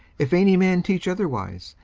if any man teach otherwise,